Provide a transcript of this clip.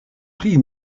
prix